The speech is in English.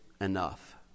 enough